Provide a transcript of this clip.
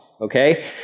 Okay